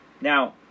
Now